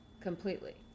Completely